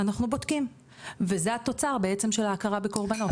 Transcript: אנחנו בודקים וזה התוצר בעצם של ההכרה בקורבנות.